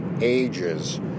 ages